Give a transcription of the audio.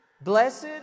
Blessed